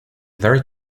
very